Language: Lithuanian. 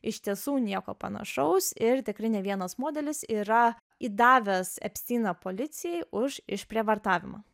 iš tiesų nieko panašaus ir tikrai ne vienas modelis yra įdavęs epsteiną policijai už išprievartavimą